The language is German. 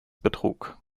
betrug